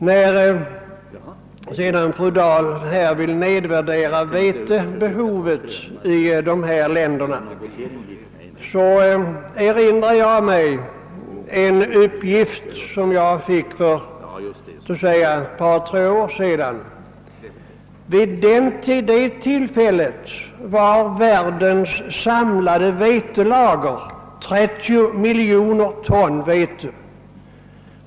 När fru Dahl sedan vill nedvärdera vetebehovet i u-länderna så erinrar jag mig en uppgift som jag fick för ett par tre år sedan. Vid det tillfället var världens samlade vetelager 30 miljoner ton.